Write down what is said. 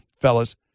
fellas